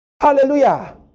Hallelujah